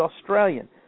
Australian